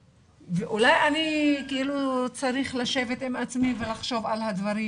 ואולי אני צריך לשבת עם עצמי ולחשוב על הדברים."